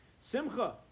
Simcha